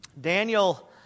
Daniel